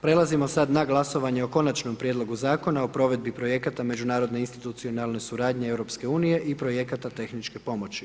Prelazimo sad na glasovanje o Konačnom prijedlogu zakona o provedbi projekata međunarodne institucionalne suradnje EU i projekata tehničke pomoći.